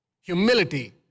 Humility